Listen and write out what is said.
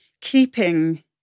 keeping